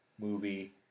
movie